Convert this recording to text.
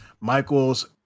michael's